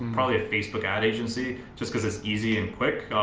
probably a facebook ad agency, just cause it's easy and quick,